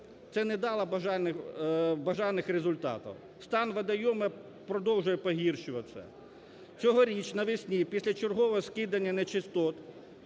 це не дало бажаних результатів. Стан водойомів продовжує погіршуватися. Цьогоріч навесні після чергового скидання нечистот